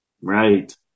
Right